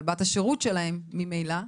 כלבת השירות שלהם ממילא.